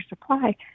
supply